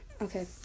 okay